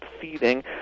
feeding